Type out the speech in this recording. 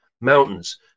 mountains